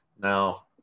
Now